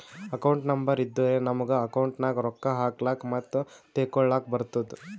account number ಇದ್ದುರೆ ನಮುಗ account ನಾಗ್ ರೊಕ್ಕಾ ಹಾಕ್ಲಕ್ ಮತ್ತ ತೆಕ್ಕೊಳಕ್ಕ್ ಬರ್ತುದ್